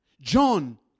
John